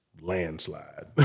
landslide